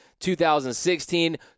2016